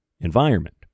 environment